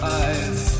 eyes